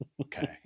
Okay